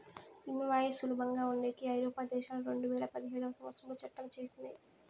invoice సులభంగా ఉండేకి ఐరోపా దేశాలు రెండువేల పదిహేడవ సంవచ్చరంలో చట్టం చేసినయ్